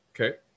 okay